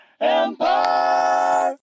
Empire